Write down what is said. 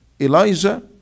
Elijah